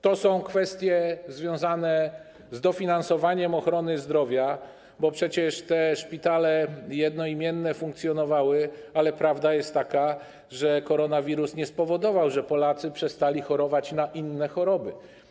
To są kwestie związane z dofinansowaniem ochrony zdrowia, bo przecież szpitale jednoimienne funkcjonowały, ale prawda jest taka, że koronawirus nie spowodował, że Polacy przestali chorować na inne choroby.